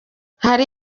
hari